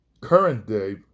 current-day